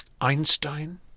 Einstein